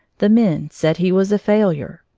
the men said he was a failure.